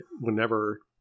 whenever